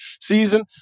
season